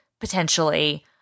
potentially